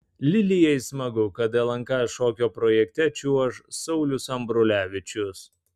lilijai smagu kad lnk šokio projekte čiuoš saulius ambrulevičius